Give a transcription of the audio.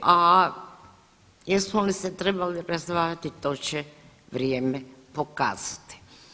A jesmo li se trebali razdvajati, to će vrijeme pokazati.